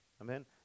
Amen